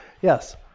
Yes